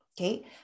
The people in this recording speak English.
Okay